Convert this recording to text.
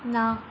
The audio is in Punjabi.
ਨਾ